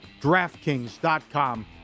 DraftKings.com